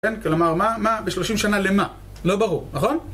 כן? כלומר, מה? מה? בשלושים שנה למה? לא ברור, נכון?